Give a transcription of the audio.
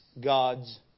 God's